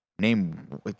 name